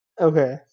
okay